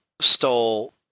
stole